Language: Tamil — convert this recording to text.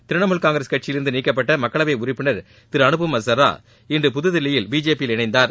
திரிணாமுல் காங்கிரஸ் கட்சியில் இருந்து நீக்கப்பட்ட மக்களவை உறுப்பினர் அனுபம் அசரா இன்று புதுதில்லியில் பிஜேபி யில் இணைந்தார்